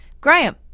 Graham